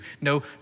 No